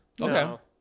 Okay